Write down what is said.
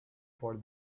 for